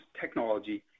technology